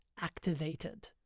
activated